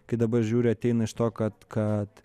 kai dabar žiūri ateina iš to kad kad